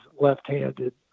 left-handed